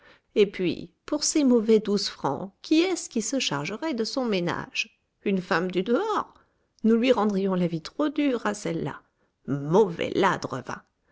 et puis pour ses mauvais douze francs qui est-ce qui se chargerait de son ménage une femme du dehors nous lui rendrions la vie trop dure à celle-là mauvais ladre va